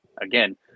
again